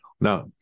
Now